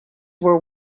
were